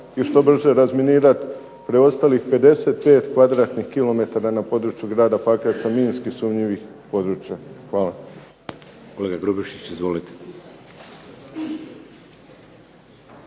i što brže razminirati preostalih 55 kvadratnih kilometara na području grada Pakraca minski sumnjivih područja. Hvala. **Šeks, Vladimir